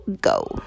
go